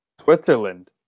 Switzerland